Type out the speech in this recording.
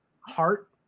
heart